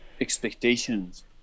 Expectations